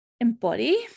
embody